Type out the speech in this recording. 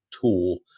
tool